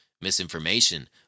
misinformation